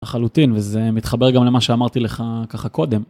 לחלוטין וזה מתחבר גם למה שאמרתי לך ככה קודם.